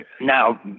now